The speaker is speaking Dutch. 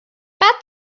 pet